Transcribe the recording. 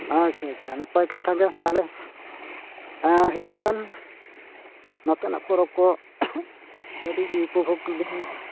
ᱟᱪᱪᱷᱟ ᱟᱪᱪᱷᱟ ᱱᱟᱯᱟᱭ ᱠᱟᱛᱷᱟ ᱜᱮ ᱛᱟᱦᱞᱮ ᱦᱮᱸ ᱦᱤᱡᱩᱜ ᱵᱮᱱ ᱱᱚᱛᱮ ᱱᱟᱜ ᱯᱚᱨᱚᱵᱽ ᱠᱚ ᱠᱟᱹᱴᱤᱡ ᱩᱯᱚᱵᱷᱳᱠ ᱞᱮᱵᱮᱱ